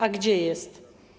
A gdzie jest?